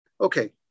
Okay